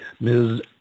Ms